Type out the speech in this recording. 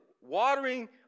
watering